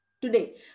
Today